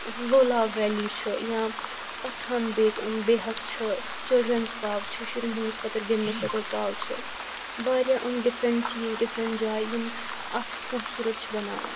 Lolab valley چھِ یا پَتھان بے بے حق چھِ چِلڈرنٕز پارَک چھِ شُرِؠن ہٕنٛدۍ خٲطرٕ گِنٛدنہٕ خٲطرٕ پارَک چھِ واریاہ یِم ڈِفرَنٛٹ چِیٖز ڈِفرَنٛٹ جایہِ یِم اَتھ خُوبصورَت چھِ بناوان